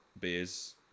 beers